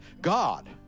God